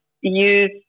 use